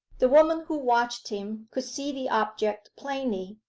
the woman who watched him could see the object plainly.